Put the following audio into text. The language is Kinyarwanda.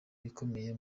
ikomeye